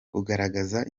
kugaragaza